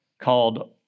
called